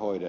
on